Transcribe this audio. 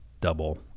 double